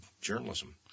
journalism